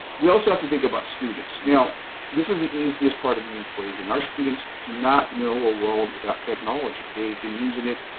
we also have to think about students. now this is the easiest part of the equation. our students do not know a world without technology they've been using it,